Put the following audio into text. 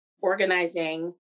organizing